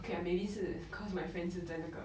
okay lah maybe 是 cause my friend 是在那个